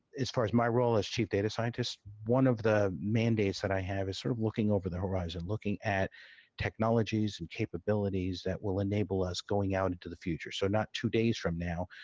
as far as my role as chief data scientist, one of the mandates that i have is sort of looking over the horizon. looking at technologies and capabilities that will enable us going out into the future so, not two days from now.